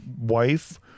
wife